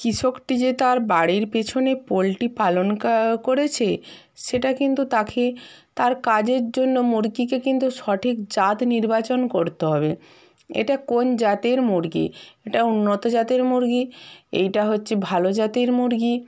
কৃষকটি যে তার বাড়ির পেছনে পোল্ট্রি পালন করেছে সেটা কিন্তু তাকে তার কাজের জন্য মুরগিকে কিন্তু সঠিক জাত নির্বাচন করতে হবে এটা কোন জাতের মুরগি এটা উন্নত জাতের মুরগি এইটা হচ্ছে ভালো জাতের মুরগি